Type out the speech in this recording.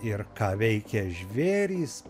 ir ką veikia žvėrys